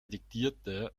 diktierte